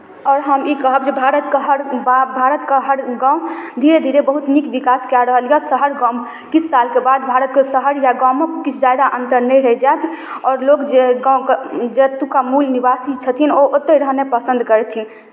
आओर हम ई कहब जे भारतके हर बा भारतके हर गाँव धीरे धीरे बहुत नीक विकास कए रहल यए शहर किछु सालके बाद भारतके शहर या गाममे किछु ज्यादा अन्तर नहि रहि जायत आओर लोक जे गामके जे एतुका मूल निवासी छथिन ओ ओतहि रहनाइ पसन्द करथिन